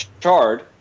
Charred